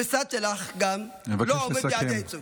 גם המשרד שלך לא עומד ביעדי הייצוג.